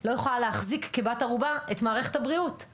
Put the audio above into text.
לא יכולה להחזיק כבת ערובה את מערכת הבריאות.;